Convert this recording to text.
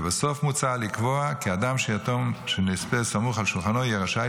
לבסוף מוצע לקבוע כי האדם שיתום של נספה סמוך על שולחנו יהיה רשאי